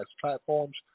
platforms